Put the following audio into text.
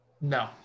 No